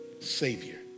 Savior